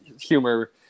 humor